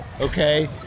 okay